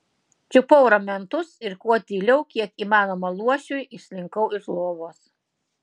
čiupau ramentus ir kuo tyliau kiek įmanoma luošiui išslinkau iš lovos